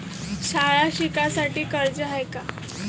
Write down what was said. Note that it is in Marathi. शाळा शिकासाठी कर्ज हाय का?